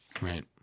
Right